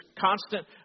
constant